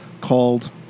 called